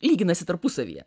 lyginasi tarpusavyje